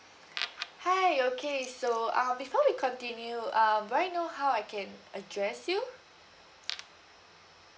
hi okay so um before we continue um may I know how I can address you